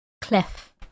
Clef